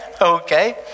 Okay